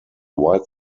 white